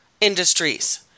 industries